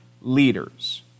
leaders